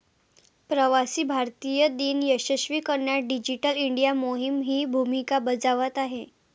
प्रवासी भारतीय दिन यशस्वी करण्यात डिजिटल इंडिया मोहीमही भूमिका बजावत आहे